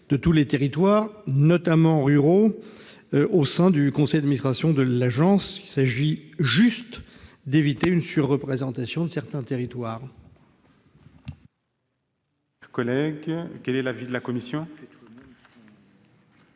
de tous les territoires, notamment ruraux, au sein du conseil d'administration de l'agence. L'objectif est d'éviter une surreprésentation de certains territoires.